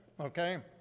okay